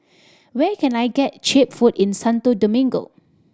where can I get cheap food in Santo Domingo